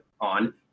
on